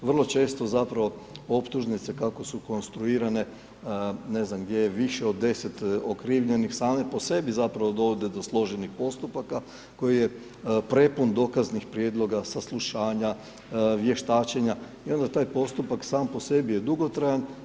Vrlo često zapravo optužnice kako su konstruirane, ne znam, gdje je više od 10 okrivljenih, same po sebi zapravo dovode do složenih postupaka koji je prepun dokaznih prijedloga, saslušanja, vještačenja i onda taj postupak sam po sebi je dugotrajan.